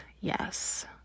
yes